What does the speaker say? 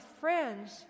friends